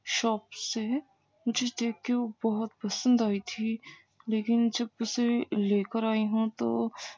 shop سے مجھے دیکھ کے وہ بہت پسند آئی تھی لیکن جب اسے لے کر آئی ہوں تو